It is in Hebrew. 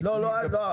לא, לא.